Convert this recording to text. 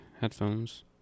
headphones